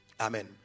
Amen